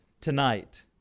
Tonight